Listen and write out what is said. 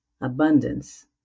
abundance